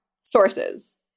sources